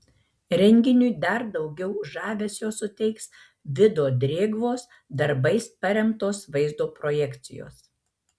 renginiui dar daugiau žavesio suteiks vido drėgvos darbais paremtos vaizdo projekcijos